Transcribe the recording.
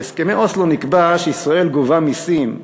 בהסכמי אוסלו נקבע שישראל גובה מסים,